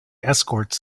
escorts